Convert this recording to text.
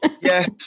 Yes